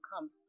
come